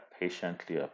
patiently